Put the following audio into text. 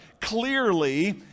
Clearly